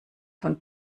von